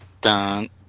Dun